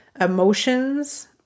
emotions